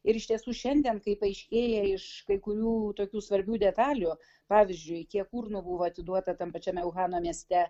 ir iš tiesų šiandien kaip aiškėja iš kai kurių tokių svarbių detalių pavyzdžiui kiek urnų buvo atiduota tam pačiame vuhano mieste